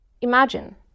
imagine